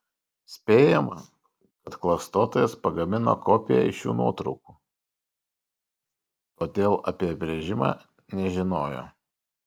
spėjama kad klastotojas pagamino kopiją iš šių nuotraukų todėl apie įbrėžimą nežinojo